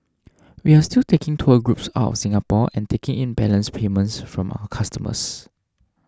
we are still taking tour groups out of Singapore and taking in balance payments from our customers